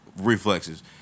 reflexes